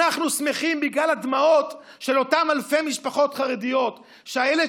אנחנו שמחים בגלל הדמעות של אותם אלפי משפחות חרדיות שאיילת